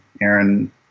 Aaron